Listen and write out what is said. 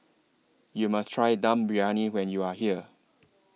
YOU must Try Dum Briyani when YOU Are here